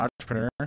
entrepreneur